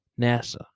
NASA